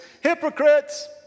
Hypocrites